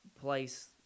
place